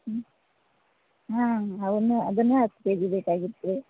ಹ್ಞೂ ಹಾಂ ಅವನ್ನು ಅದೂ ಹತ್ತು ಕೆ ಜಿ ಬೇಕಾಗಿತ್ತು ರೀ